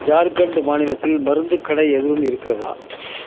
ஜார்க்கண்ட்டு மாநிலத்தில் மருந்து கடை எதுவும் இருக்கிறதா